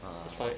ah